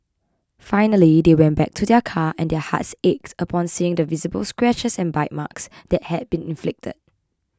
finally they went back to their car and their hearts aches upon seeing the visible scratches and bite marks that had been inflicted